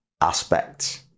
aspects